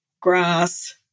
grass